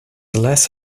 less